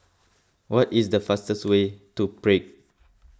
what is the fastest way to Prague